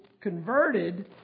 converted